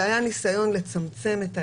והיה ניסיון לצמצם את ההסדר,